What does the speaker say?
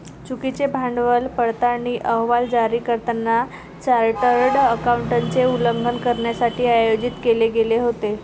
चुकीचे भांडवल पडताळणी अहवाल जारी करताना चार्टर्ड अकाउंटंटचे उल्लंघन करण्यासाठी आयोजित केले गेले होते